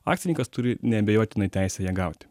akcininkas turi neabejotinai teisę ją gauti